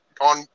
on